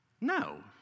No